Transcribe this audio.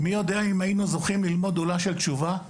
מי יודע אם היינו זוכים ללמוד גודלה של תשובה.